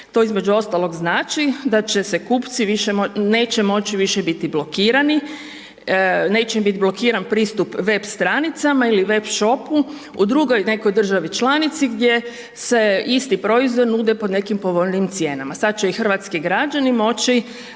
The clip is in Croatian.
To između ostalog znači da će se kupci neće moći više biti blokirani, neće im biti blokiran pristup web stranicama ili web shopu u drugoj nekoj državi članici gdje se isti proizvodi nude po nekakvim povoljnijim cijenama. Sad će i hrvatski građani moći